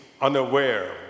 unaware